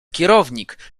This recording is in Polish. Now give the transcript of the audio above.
kierownik